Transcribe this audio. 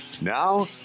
Now